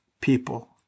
people